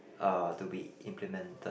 uh to be implemented